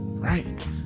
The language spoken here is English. Right